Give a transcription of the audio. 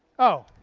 oh.